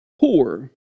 poor